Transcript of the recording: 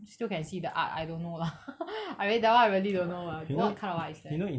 still can see the art I don't know lah I real~ that [one] I really don't know ah what kind of art is that